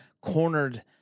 cornered